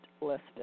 listed